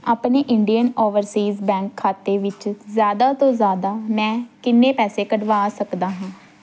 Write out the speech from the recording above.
ਆਪਣੇ Indian Overseas Bank ਖਾਤੇ ਵਿੱਚ ਜ਼ਿਆਦਾ ਤੋਂ ਜ਼ਿਆਦਾ ਮੈਂ ਕਿੰਨੇ ਪੈਸੇ ਕਢਵਾ ਸਕਦਾ ਹਾਂ